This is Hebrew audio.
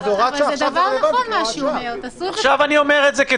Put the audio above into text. אני רוצה